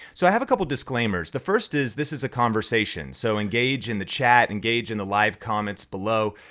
so i have a couple disclaimers. the first is, this is a conversation, so engage in the chat engage in the live comments below,